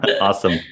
Awesome